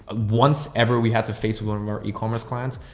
ah once ever we had to face with one of our ecommerce clients,